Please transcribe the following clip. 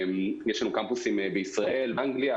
יש לנו קמפוסים בישראל, באנגליה.